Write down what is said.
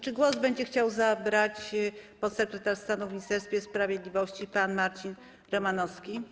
Czy głos będzie chciał zabrać podsekretarz stanu w Ministerstwie Sprawiedliwości pan Marcin Romanowski?